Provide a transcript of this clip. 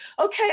Okay